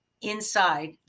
inside